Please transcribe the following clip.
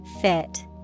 fit